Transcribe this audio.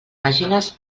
pàgines